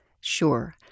Sure